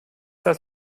das